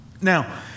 Now